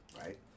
right